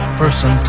person